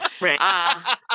Right